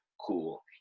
cool